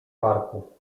parku